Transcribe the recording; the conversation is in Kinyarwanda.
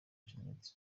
jeannette